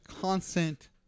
constant